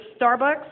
Starbucks